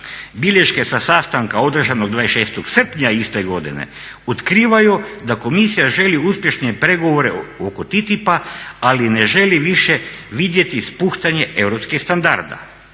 Bilješke sa sastanka održanog 23.srpnja iste godine otkrivaju da Komisija želi uspješne pregovore oko TTIP-a ali ne želi više vidjeti spuštanje europskih standarda.